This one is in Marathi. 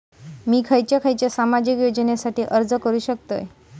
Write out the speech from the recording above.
मी खयच्या खयच्या सामाजिक योजनेसाठी अर्ज करू शकतय?